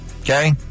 Okay